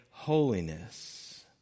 holiness